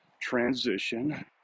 transition